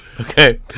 Okay